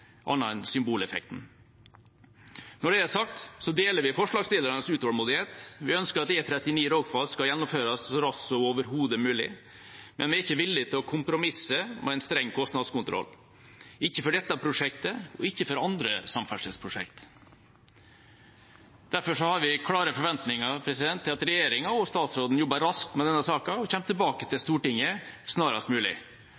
enn symboleffekt. Når det er sagt, deler vi forslagsstillernes utålmodighet og ønsker at E39 Rogfast skal gjennomføres så raskt som overhodet mulig. Men vi er ikke villig til å kompromisse om en streng kostnadskontroll, ikke for dette prosjektet og ikke for andre samferdselsprosjekt. Derfor har vi klare forventninger til at regjeringa og statsråden jobber raskt med denne saken og kommer tilbake til